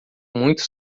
muito